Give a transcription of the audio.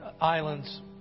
Islands